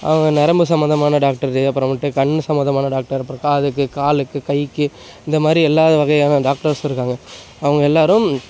அவங்க நரம்பு சம்மந்தமான டாக்டரு அப்புறமேட்டு கண்ணு சம்மந்தமான டாக்டர் அப்புறோம் காதுக்கு காலுக்கு கைக்கு இந்த மாதிரி எல்லா வகையான டாக்டர்ஸ் இருக்காங்க அவங்க எல்லாரும்